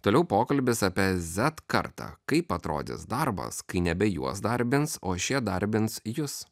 toliau pokalbis apie zet kartą kaip atrodys darbas kai nebe juos darbins o šie darbins jus